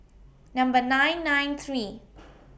Number nine nine three